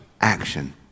action